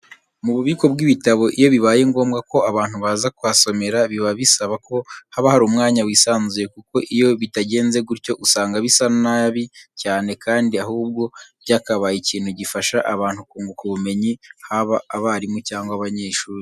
Mu bubiko bw'ibitabo iyo bibaye ngombwa ko abantu baza kuhasomera biba bisaba ko haba hari umwanya wisanzuye kuko iyo bitagenze gutyo usanga bisa nabi cyane kandi ahubwo byakabaye ikintu gifasha abantu kunguka ubumenyi haba abarimu cyangwa abanyeshuri.